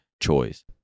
choice